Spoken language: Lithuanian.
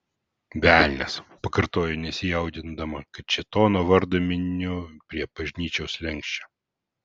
velnias pakartojau nesijaudindama kad šėtono vardą miniu prie bažnyčios slenksčio